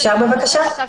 תעשה את זה הפוך